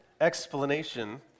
explanation